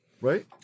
Right